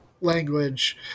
language